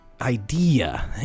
idea